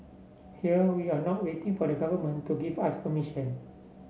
here we are not waiting for the Government to give us permission